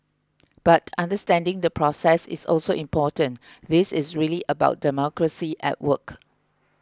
but understanding the process is also important this is really about democracy at work